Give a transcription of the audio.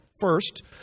First